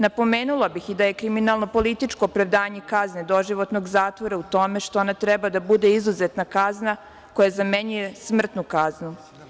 Napomenula bih i da je kriminalno političko opravdanje kazne doživotnog zatvora u tome što ona treba da bude izuzetna kazna koja zamenjuje smrtnu kaznu.